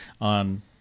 on